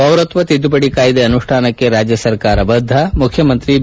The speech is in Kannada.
ಪೌರತ್ವ ತಿದ್ದುಪಡಿ ಕಾಯ್ದೆ ಅನುಷ್ಟಾನಕ್ಕೆ ರಾಜ್ಯ ಸರ್ಕಾರ ಬದ್ದ ಮುಖ್ಯಮಂತ್ರಿ ಬಿ